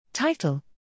Title